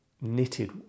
knitted